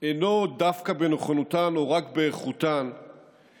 אינו דווקא בנכונותן או רק באיכותן,